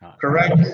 correct